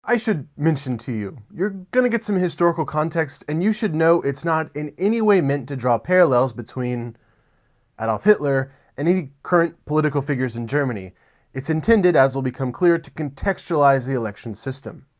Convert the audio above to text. i should mention to you you're going to get some historical context and you should know it's not in any way meant to draw parallels between adolf hitler and any current political figures in germany it's intended, as will become clear, to contextualize the election system.